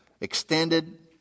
extended